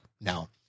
Now